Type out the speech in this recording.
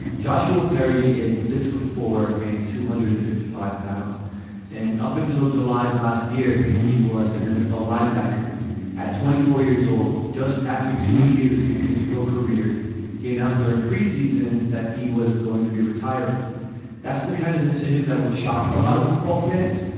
joshua perry is six foot four and two hundred and fifty five pounds and up until july of last year he was an nfl linebacker at twenty four years old. just after two years into his pro career he announced during pre-season that he was going to be retiring that's the kind of decision that would shock a lot of football fans.